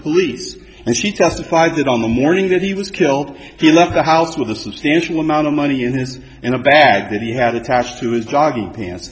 police and she testified that on the morning that he was killed he left the house with a substantial amount of money in his in a bag that he had attached to his dog pants